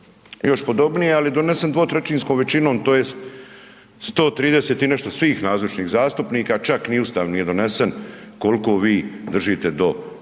još podobnije, ali je donesen 2/3 većinom tj. 130 i nešto svih nazočnih zastupnika, čak ni Ustav nije donesen koliko vi držite do glasa